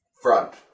front